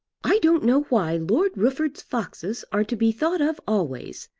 i don't know why lord rufford's foxes are to be thought of always,